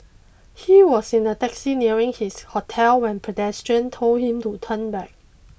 he was in a taxi nearing his hotel when pedestrians told him to turn back